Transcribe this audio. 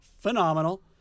Phenomenal